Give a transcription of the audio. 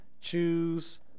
choose